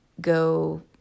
go